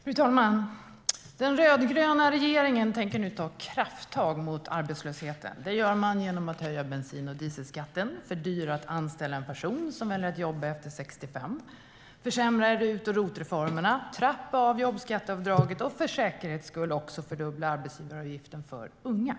Fru talman! Den rödgröna regeringen tänker nu ta krafttag mot arbetslösheten. Det gör man genom att höja bensin och dieselskatten, fördyra att anställa en person som väljer att jobba efter 65, försämra i RUT och ROT-reformerna, trappa av jobbskatteavdraget och för säkerhets skull också fördubbla arbetsgivaravgifterna för unga.